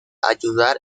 ayudar